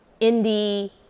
indie